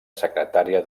secretària